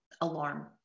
alarm